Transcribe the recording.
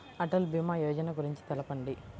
అటల్ భీమా యోజన గురించి తెలుపండి?